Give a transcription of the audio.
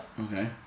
Okay